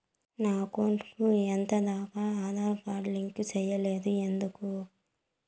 నా అకౌంట్ కు ఎంత దాకా ఆధార్ కార్డు లింకు సేయలేదు ఎందుకు